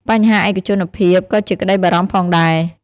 បញ្ហាឯកជនភាពក៏ជាក្ដីបារម្ភផងដែរ។